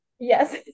Yes